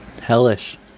hellish